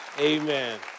amen